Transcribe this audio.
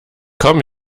komm